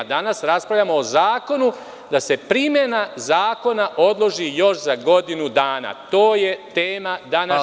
Danas raspravljamo o zakonu da se primena zakona odloži još za godinu dana, to je tema današnje sednice.